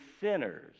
sinners